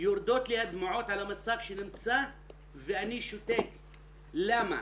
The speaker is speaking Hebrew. יורדות לי הדמעות על המצב שנמצא ואני שותק, למה?